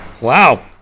Wow